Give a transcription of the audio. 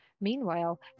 Meanwhile